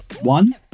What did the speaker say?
one